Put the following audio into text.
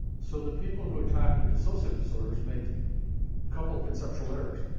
so the people who attack the dissociative disorders make a couple of conceptual errors.